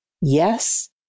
Yes